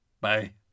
Bye